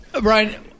Brian